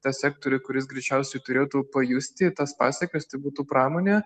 tą sektorių kuris greičiausiai turėtų pajusti tas pasekmes tai būtų pramonė